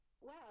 wow